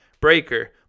Breaker